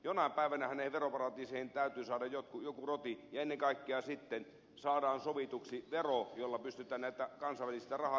jonain päivänähän niihin veroparatiiseihin täytyy saada joku roti ja ennen kaikkea sitten saada sovituksi vero jolla pystytään näitä kansainvälisistä rahaliikkeitä verottamaan